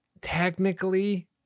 technically